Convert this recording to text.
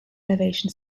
elevation